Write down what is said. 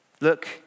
look